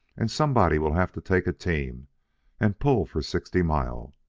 and somebody will have to take a team and pull for sixty mile,